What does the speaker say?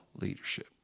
Leadership